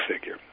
figure